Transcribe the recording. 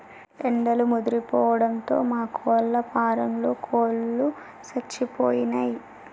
ఎండలు ముదిరిపోవడంతో మా కోళ్ళ ఫారంలో కోళ్ళు సచ్చిపోయినయ్